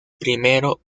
primero